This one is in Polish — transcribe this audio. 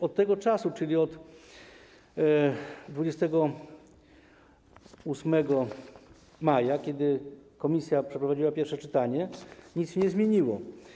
Od tego czasu, czyli od 28 maja, kiedy komisja przeprowadziła pierwsze czytanie, nic się nie zmieniło.